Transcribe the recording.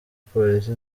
polisi